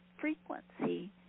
frequency